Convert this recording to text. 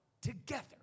together